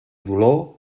dolor